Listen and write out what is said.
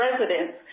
residents